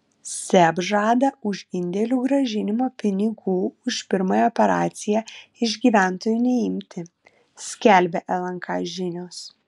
seb žada už indėlių grąžinimą pinigų už pirmąją operaciją iš gyventojų neimti skelbia lnk žinios